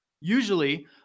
Usually